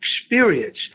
experience